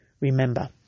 Remember